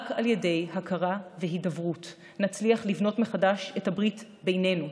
רק על ידי הכרה והידברות נצליח לבנות מחדש את הברית בינינו.